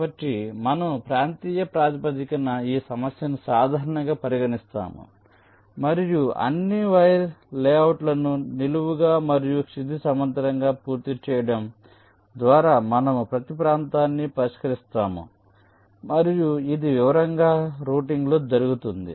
కాబట్టి మనము ప్రాంతీయ ప్రాతిపదికన ఈ సమస్యను సాధారణంగా పరిగణిస్తాము మరియు అన్ని వైర్ లేఅవుట్లను నిలువుగా మరియు క్షితిజ సమాంతరంగా పూర్తి చేయడం ద్వారా మనము ప్రతి ప్రాంతాన్ని పరిష్కరిస్తాము మరియు ఇది వివరంగా రౌటింగ్లో జరుగుతుంది